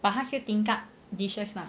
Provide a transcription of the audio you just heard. but 他是 tingkat dishes lah